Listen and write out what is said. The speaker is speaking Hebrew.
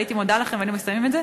הייתי מודה לכם והיינו מסיימים את זה.